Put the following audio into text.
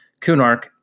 Kunark